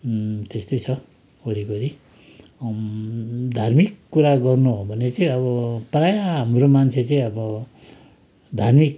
त्यस्तै छ वरिपरि धार्मिक कुरा गर्नु हो भने चाहिँ अब प्रायः हाम्रो मान्छे चाहिँ अब धार्मिक